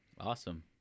Awesome